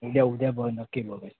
उद्या उद्या ब नक्की बघूया